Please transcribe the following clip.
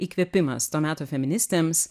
įkvėpimas to meto feministėms